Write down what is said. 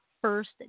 first